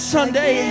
Sunday